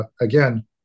again